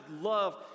love